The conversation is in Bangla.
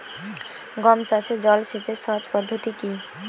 গম চাষে জল সেচের সহজ পদ্ধতি কি?